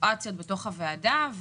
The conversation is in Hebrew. סיטואציות בתוך הוועדה,